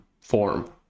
form